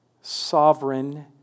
sovereign